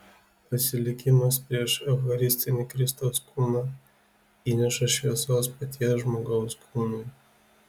pasilikimas prieš eucharistinį kristaus kūną įneša šviesos paties žmogaus kūnui